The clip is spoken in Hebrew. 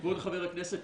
--- כבוד חבר הכנסת,